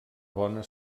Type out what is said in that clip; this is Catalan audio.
bona